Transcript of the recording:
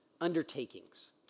undertakings